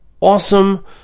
awesome